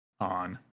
on